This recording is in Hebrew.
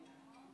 אדוני היושב-ראש,